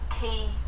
key